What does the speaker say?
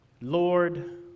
Lord